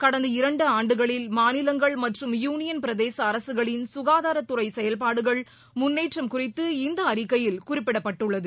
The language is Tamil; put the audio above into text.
கடந்த இரண்டு ஆண்டுகளில் மாநிலங்கள் மற்றும் யூளியன் பிரதேச அரசுகளின் சுகாதாரத் துறை செயல்பாடுகள் முன்னேற்றம் குறித்து இந்த அறிக்கையில் குறிப்பிடப்பட்டுள்ளது